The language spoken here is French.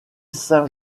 saint